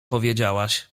powiedziałaś